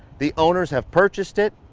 the owners have purchased it,